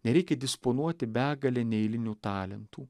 nereikia disponuoti begale neeilinių talentų